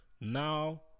Now